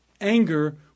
anger